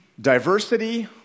Diversity